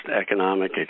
economic